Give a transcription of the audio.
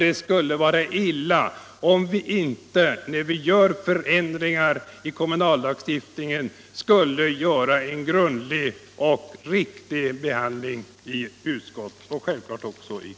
Det skulle vara illa om vi inte, när vi gör förändringar i kommunallagstiftningen, ägnade frågan en grundlig behandling i utskottet och självklart också i kammaren.